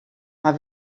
mar